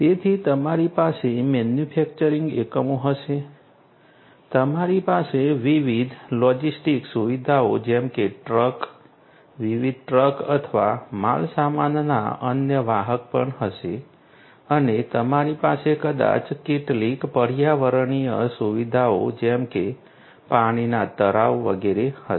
તેથી તમારી પાસે મેન્યુફેક્ચરિંગ એકમો હશે તમારી પાસે વિવિધ લોજિસ્ટિક સુવિધાઓ જેમ કે ટ્રક વિવિધ ટ્રક અથવા માલસામાનના અન્ય વાહક પણ હશે અને તમારી પાસે કદાચ કેટલીક પર્યાવરણીય સુવિધાઓ જેમ કે પાણીના તળાવ વગેરે હશે